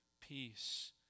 peace